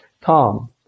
Tom